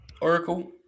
Oracle